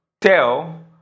Tell